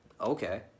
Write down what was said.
Okay